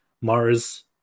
Mars